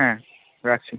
হ্যাঁ রাখছি